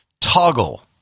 Toggle